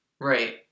Right